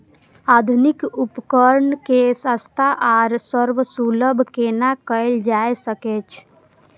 आधुनिक उपकण के सस्ता आर सर्वसुलभ केना कैयल जाए सकेछ?